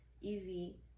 easy